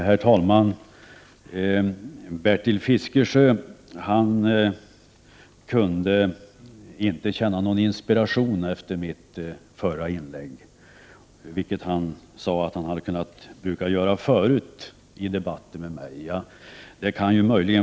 Herr talman! Bertil Fiskesjö kunde inte känna någon inspiration efter mitt förra inlägg, vilket han sade att han hade gjort förut i debatter med mig.